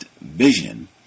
vision